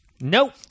Nope